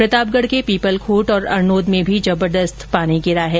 प्रतापगढ़ के पीपलखूंट और अरनोद में भी जबरदस्त पानी गिरा है